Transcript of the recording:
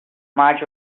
march